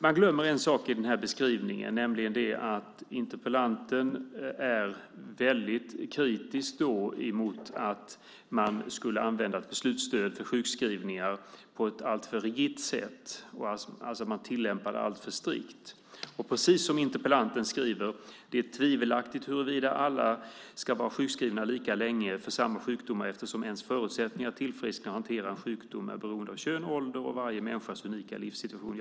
Man glömmer en sak i beskrivningen, nämligen att interpellanten är mycket kritisk mot att man skulle använda ett beslutsstöd för sjukskrivningar på ett alltför rigitt sätt, alltså att man tillämpar det alltför strikt. Det är precis som interpellanten skriver: "Det är tvivelaktigt huruvida alla ska vara sjukskrivna lika länge för samma sjukdomar eftersom ens förutsättningar att tillfriskna och hantera en sjukdom är beroende av kön, ålder och varje människas unika livssituation."